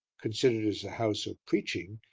considered as a house of preaching,